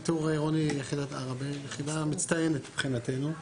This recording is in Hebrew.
יחידה מצטיינת מבחינתנו.